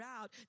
out